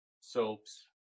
soaps